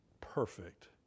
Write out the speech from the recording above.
perfect